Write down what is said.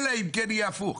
אלא אם כן יהיה הפוך.